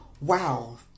wow